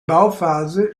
bauphase